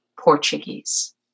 Portuguese